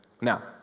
Now